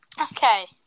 Okay